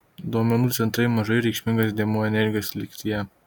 duomenų centrai mažai reikšmingas dėmuo energijos lygtyje